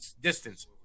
distance